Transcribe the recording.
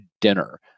dinner